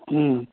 হুম